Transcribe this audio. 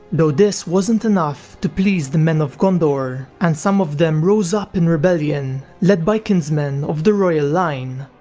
though this wasn't enough to please the men of gondor, and some of them rose up in rebellion led by kinsmen of the royal line.